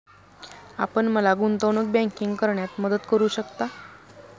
आपण मला गुंतवणूक बँकिंग करण्यात मदत करू शकता?